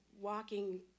walking